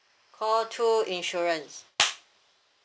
call two insurance